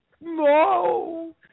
No